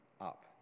up